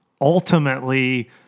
ultimately